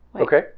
Okay